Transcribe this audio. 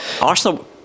Arsenal